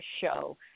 show